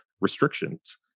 restrictions